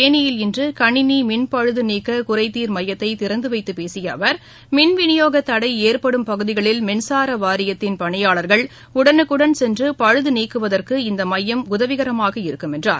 தேனியில் இன்று கணினி மின்பழுது நீக்க குறைதீர் மையத்தை திறந்துவைத்துப் பேசிய அவர் மின்விநியோகத் தடை ஏற்படும் பகுதிகளில் மின்சார வாரியத்தின் பணியாளர்கள் உடனுக்குடன் சென்று பழுது நீக்குவதற்கு இந்த மையம் உதவிகரமாக இருக்கும் என்றார்